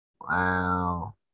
Wow